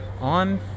on